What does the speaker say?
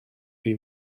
chi